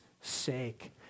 sake